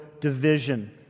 division